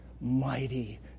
mighty